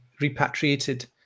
repatriated